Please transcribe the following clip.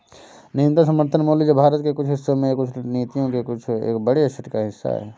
न्यूनतम समर्थन मूल्य जो भारत के कुछ हिस्सों में कृषि नीतियों के एक बड़े सेट का हिस्सा है